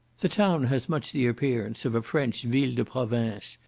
the town has much the appearance of a french ville de province,